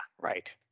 right